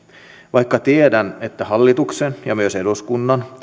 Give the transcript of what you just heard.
vaikka tiedän että hallituksen ja myös eduskunnan